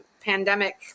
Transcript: pandemic